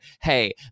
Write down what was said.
hey